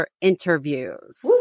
interviews